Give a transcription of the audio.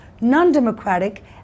non-democratic